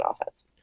offense